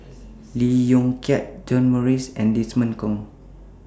Lee Yong Kiat John Morrice and Desmond Kon